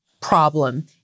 problem